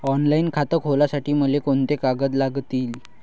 Online खातं खोलासाठी मले कोंते कागद लागतील?